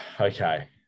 Okay